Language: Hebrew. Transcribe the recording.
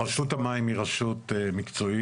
רשות המים היא רשות מקצועית,